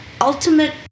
ultimate